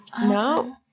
No